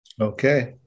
Okay